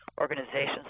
Organizations